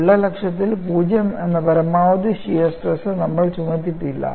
വിള്ളൽ അക്ഷത്തിൽ 0 എന്ന പരമാവധി ഷിയർ സ്ട്രെസ് നമ്മൾ ചുമത്തിയിട്ടില്ല